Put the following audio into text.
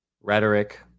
rhetoric